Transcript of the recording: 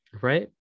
Right